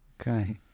okay